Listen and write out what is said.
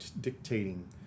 dictating